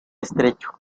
estrecho